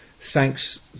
Thanks